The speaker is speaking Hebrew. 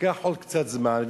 ייקח עוד קצת זמן.